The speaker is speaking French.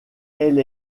elle